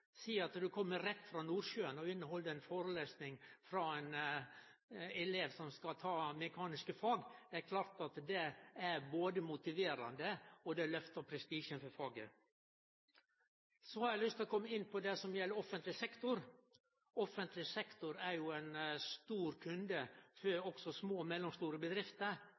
si side når det gjeld yrkesfagleg utdanning, er satsinga på lektor 2-stillingar. Det at det kan kome folk frå næringslivet, f.eks. rett frå Nordsjøen og inn for å halde ei forelesing for ein elev som skal ta mekaniske fag, er heilt klart motiverande, og det løftar prestisjen til faget. Eg har lyst å kome inn på det som gjeld offentleg sektor. Offentleg sektor er ein stor kunde også for